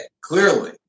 Clearly